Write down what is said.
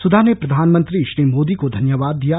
सुधा ने प्रधानमंत्री श्री मोदी को धन्यवाद दिया है